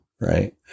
right